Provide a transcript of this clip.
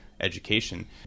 education